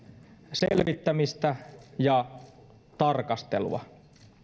selvittämistä ja tarkastelua